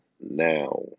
now